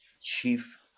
chief